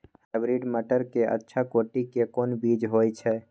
Hybrid मटर के अच्छा कोटि के कोन बीज होय छै?